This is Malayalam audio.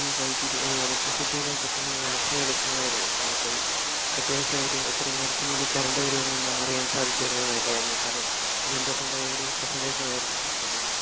ഈ വൈദ്യുതി ഇലക്ട്രിസിറ്റിടെ പെട്ടെന്ന് ഒരു ആക്ഷൻ എടുക്കണമായിരുന്നു അപ്പം അത്യാവശ്യം ഒരു എത്ര നേരത്തിനുള്ളിൽ കറണ്ട് വരുമൊന്ന് ഒന്ന് അറിയാൻ സാധിക്കും ആയിരുന്നേൽ നല്ലത് ആയിരുന്നു കാരണം ഇത് ഇമ്പോർട്ടൻ്റായ ഒരു പ്രസൻറ്റേഷൻ ആയിരുന്നു അപ്പോൾ